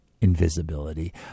invisibility